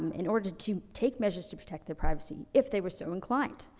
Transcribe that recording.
in order to take measures to protect their privacy, if they were so inclined.